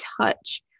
touch